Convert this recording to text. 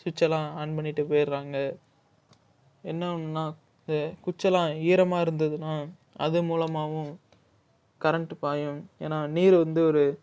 சுச்சலாம் on பண்ணிவிட்டு போயிடுறாங்க என்ன ஒன்றுன்னா இந்த குச்செல்லாம் ஈரமாக இருந்துதுன்னா அது மூலமாகவும் கரண்ட் பாயும் ஏன்னா நீர் வந்து ஒரு